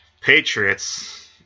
Patriots